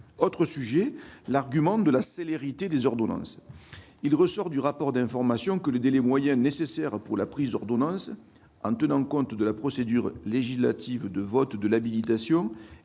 est celui de l'argument de la célérité des ordonnances. Il ressort du rapport d'information que le délai moyen nécessaire pour la prise d'ordonnance, en tenant compte de la procédure législative de vote de l'habilitation,